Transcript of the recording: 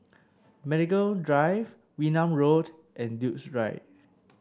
Medical Drive Wee Nam Road and Duke's Drive